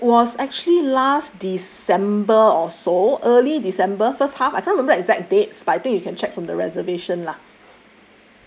it was actually last december or so early december first half I can't remember exact dates but I think you can check from the reservation lah